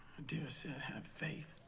adira said have faith.